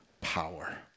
power